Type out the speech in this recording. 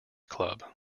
club